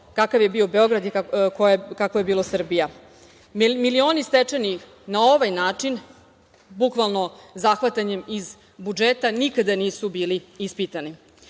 kakav je bio Beograd i kakva je bila Srbija. Milioni stečeni na ovaj način, bukvalno zahvatanjem iz budžeta nikada nisu bili ispitani. Da